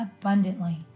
abundantly